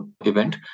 event